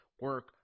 Work